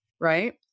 right